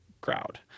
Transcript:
crowd